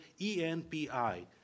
ENPI